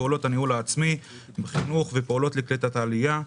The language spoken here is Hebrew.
פעולות הניהול העצמי בחינוך ופעולות לקליטת עלייה.